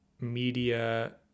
media